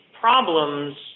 problems